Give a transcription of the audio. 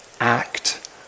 act